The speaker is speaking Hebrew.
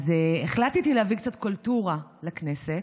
אז החלטתי להביא קצת קולטורה לכנסת,